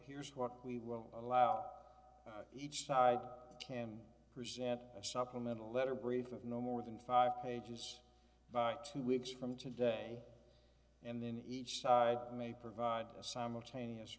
here's what we won't allow each side can present a supplemental letter brief of no more than five pages but two weeks from today and then each side may provide a simultaneous